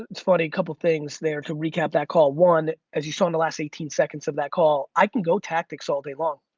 it's funny. couple things there to recap that call. one, as you saw in the last eighteen seconds of that call. i can go tactics all day long.